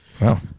Wow